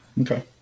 Okay